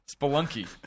Spelunky